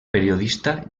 periodista